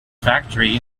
factory